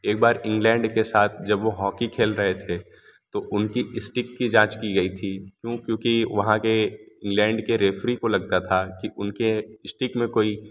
एक बार इंग्लैंड के साथ जब वो हॉकी खेल रहे थे तो उनकी इस्टिक की जाँच की गई थी क्यों क्योंकि वहाँ के इंग्लैंड के रेफरी को लगता था कि उनके स्टिक में कोई